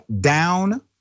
down